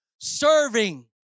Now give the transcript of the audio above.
serving